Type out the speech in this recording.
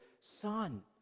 son